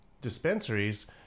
dispensaries